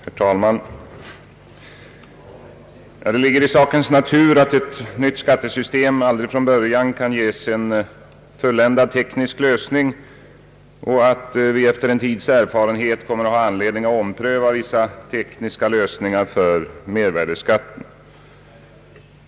Herr talman! Det ligger i sakens natur att ett nytt skattesystem aldrig från början kan ges en fulländad teknisk lösning och att vi efter en tids erfarenhet kommer att ha anledning att ompröva vissa tekniska lösningar för mervärdeskatten.